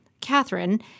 Catherine